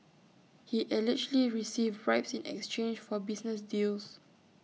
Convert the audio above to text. he allegedly received bribes in exchange for business deals